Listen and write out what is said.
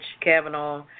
Kavanaugh